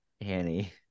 Annie